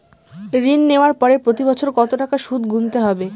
ঋণ নেওয়ার পরে প্রতি বছর কত টাকা সুদ গুনতে হবে?